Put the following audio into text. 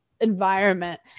environment